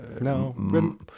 No